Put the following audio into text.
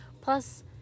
Plus